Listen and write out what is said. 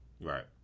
Right